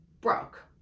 broke